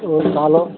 ও colour